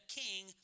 king